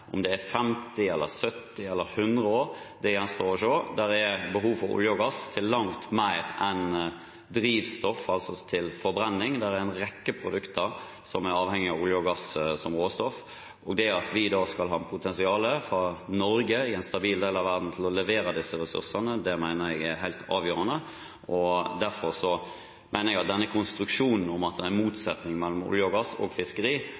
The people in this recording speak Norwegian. Om det er 50, 70 eller 100 år, gjenstår å se. Det er behov for olje og gass til langt mer enn til drivstoff, dvs. til forbrenning. Det er en rekke produkter som er avhengig av olje og gass som råstoff. Det at vi i Norge – i en stabil del av verden – skal ha potensial til å levere disse ressursene, mener jeg er helt avgjørende. Derfor mener jeg at den konstruksjonen at det er motsetning mellom olje og gass og fiskeri,